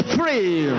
free